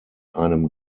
einem